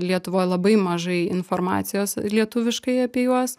lietuvoj labai mažai informacijos lietuviškai apie juos